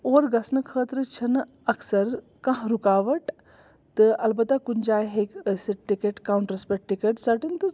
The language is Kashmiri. اور گژھنہٕ خٲطرٕ چھِنہٕ اَکثر کانٛہہ رُکاوَٹ تہٕ البتہٕ کُنہِ جایہِ ہٮ۪کہِ ٲسِتھ ٹِکَٹ کاوُنٹرَس پٮ۪ٹھ ٹِکَٹ ژٹٕنۍ تہٕ